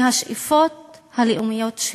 מהשאיפות הלאומיות שלי.